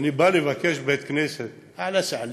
שאני בא לבקש בית-כנסת (אומר